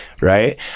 right